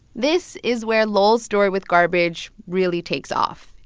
this is where lowell's story with garbage really takes off.